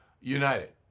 united